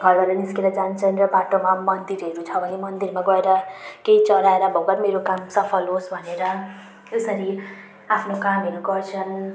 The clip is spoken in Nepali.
घरबाट निस्केर जान्छन् र बाटोमा मन्दिरहरू छ भने मन्दिरमा गएर केही चढाएर भगवान मेरो काम सफल होस् भनेर यसरी आफ्नो कामहरू गर्छन्